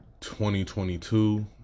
2022